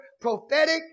prophetic